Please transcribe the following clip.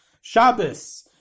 Shabbos